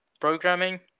programming